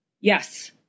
Yes